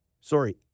Sorry